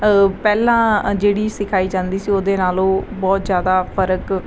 ਪਹਿਲਾਂ ਜਿਹੜੀ ਸਿਖਾਈ ਜਾਂਦੀ ਸੀ ਉਹਦੇ ਨਾਲੋਂ ਬਹੁਤ ਜ਼ਿਆਦਾ ਫਰਕ